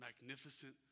magnificent